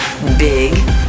Big